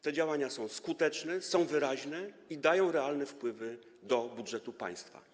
Te działania są skuteczne, są wyraźne i dają realne wpływy do budżetu państwa.